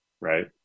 right